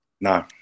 No